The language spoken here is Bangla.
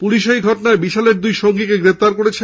পুলিশ এই ঘটনায় বিশালের দুই সঙ্গীকে গ্রেফতার করেছে